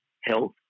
health